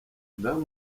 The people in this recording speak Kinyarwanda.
saddam